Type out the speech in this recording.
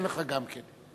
אתן לך גם כן.